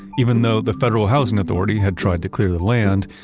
even though the federal housing authority had tried to clear the land,